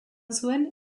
zuen